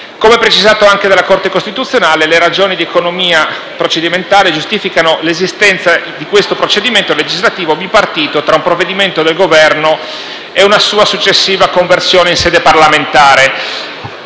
Come precisato anche dalla Corte costituzionale, le ragioni di economia procedimentale giustificano l'esistenza di questo procedimento legislativo bipartito tra un provvedimento del Governo e una sua successiva conversione in sede parlamentare.